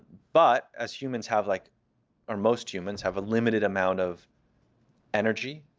but as humans have like or most humans have a limited amount of energy,